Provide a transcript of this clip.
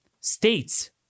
states